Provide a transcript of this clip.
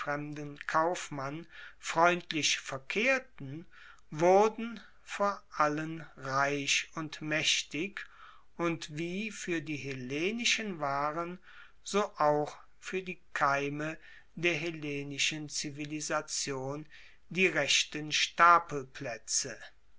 kaufmann freundlich verkehrten wurden vor allen reich und maechtig und wie fuer die hellenischen waren so auch fuer die keime der hellenischen zivilisation die rechten